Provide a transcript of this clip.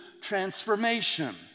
transformation